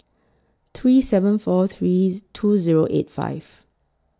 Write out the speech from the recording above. three seven four three two Zero eight five